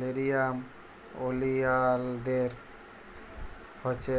লেরিয়াম ওলিয়ালদের হছে